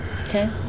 Okay